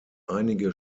einige